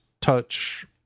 touch